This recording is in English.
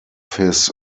his